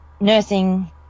nursing